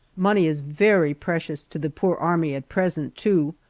money is very precious to the poor army at present, too,